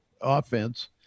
offense